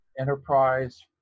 Enterprise